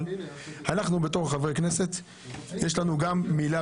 אבל אנחנו בתור חברי כנסת יש לנו גם מילה